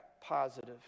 positive